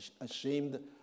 ashamed